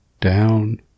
down